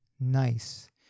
nice